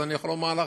אז אני יכול לומר לך: